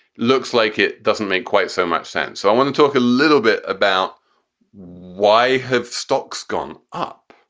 looks like it doesn't make quite so much sense. so i want to talk a little bit about why have stocks gone up?